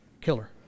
Killer